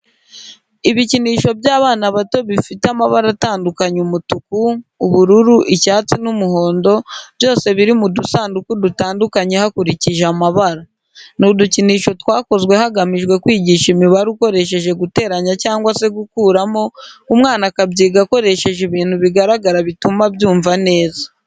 Ibikinisho by'abana bato bifite amabara atandukanye umutuku, ubururu, icyatsi n'umuhondo byose biri mu dusanduku dutandukanye hakurikije amabara. Ni udukinisho twakozwe hagamijwe kwigisha imibare ukoresheje guteranya cyangwa se gukuramo umwana akabyiga akoresheje ibintu bigaragara bituma abyumva neza.